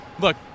Look